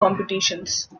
competitions